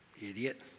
idiot